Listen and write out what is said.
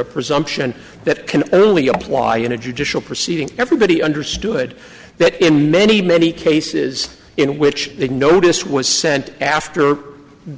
a presumption that can only apply in a judicial proceeding everybody understood that in many many cases in which the notice was sent after